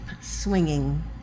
swinging